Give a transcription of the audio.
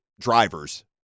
drivers